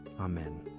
Amen